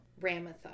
Ramatha